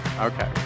Okay